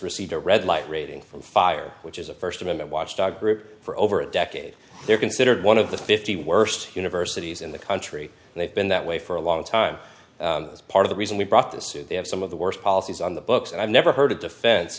received a red light rating from fire which is a st amendment watchdog group for over a decade they're considered one of the fifty worst universities in the country and they've been that way for a long time as part of the reason we brought this suit they have some of the worst policies on the books and i've never heard a defen